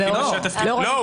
לא.